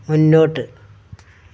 മുന്നോട്ട്